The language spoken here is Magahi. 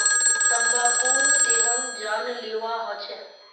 तंबाकूर सेवन जानलेवा ह छेक